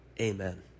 Amen